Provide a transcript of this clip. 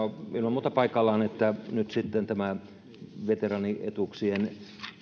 muuta paikallaan että nyt tämä veteraanietuuksien